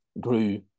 grew